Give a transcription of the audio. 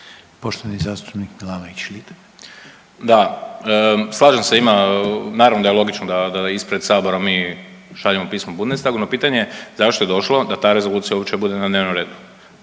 (Hrvatski suverenisti)** Da slažem se ima, naravno da je logično da ispred Sabora mi šaljemo pismo Bundestagu. No pitanje je zašto je došlo da ta Rezolucija uopće bude na dnevnom redu?